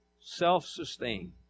self-sustained